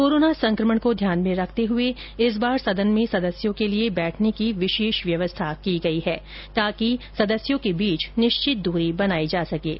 corona संकमण को ध्यान में रखते हुए इस बार सदन में सदस्यों के लिए बैठने की विशेष व्यवस्था की गई है ताकि दो सदस्यों के बीच निश्चित दूरी बनाई जा सकेगी